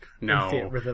No